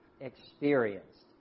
experienced